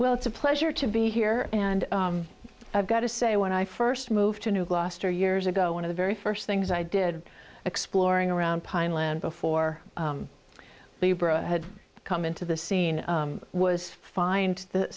well it's a pleasure to be here and i've got to say when i first moved to new gloucester years ago one of the very first things i did exploring around pine land before libra had come into the scene was find t